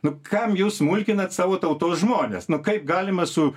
nu kam jūs mulkinat savo tautos žmones nu kaip galima su